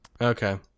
Okay